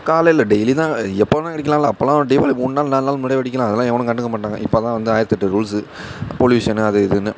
காலையில் டெய்லிதான் எப்போது வேணா வெடிக்கிலாம்லை அப்போல்லாம் தீபாவளி மூணு நாள் நாலு நாளளைக்கு முன்னாடியே வெடிக்கலாம் அதெல்லாம் எவனும் கண்டுக்க மாட்டாங்க இப்போதான் வந்து ஆயிரத்தெட்டு ரூல்ஸு பொல்யூஷனு அது இதுன்னு